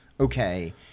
Okay